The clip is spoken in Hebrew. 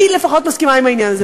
אני לפחות מסכימה עם העניין הזה.